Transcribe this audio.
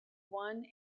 won